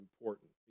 important